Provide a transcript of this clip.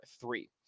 three